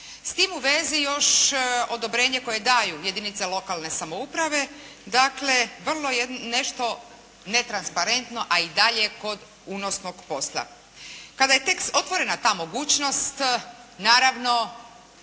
S tim u vezi još odobrenje koje daju jedinice lokalne samouprave, dakle vrlo nešto netransparentno a i dalje kod unosnog posla. Kada je tek otvorena ta mogućnost naravno